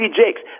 Jakes